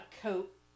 coat